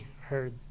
heard